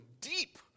deep